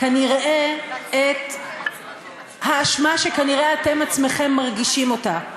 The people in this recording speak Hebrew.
כנראה את האשמה שכנראה אתם עצמכם מרגישים אותה,